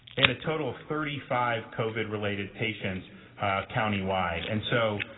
they had a total of thirty five covered related patients county wise. and so